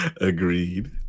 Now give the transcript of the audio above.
agreed